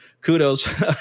Kudos